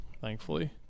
thankfully